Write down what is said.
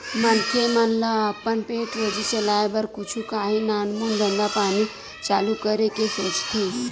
मनखे मन ल अपन पेट रोजी चलाय बर कुछु काही नानमून धंधा पानी चालू करे के सोचथे